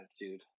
attitude